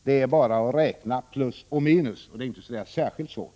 Det är bara att räkna plus och minus, och det är inte särskilt svårt.